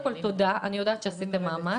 תודה לכולם, אני יודעת שעשיתם מאמץ.